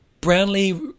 Brownlee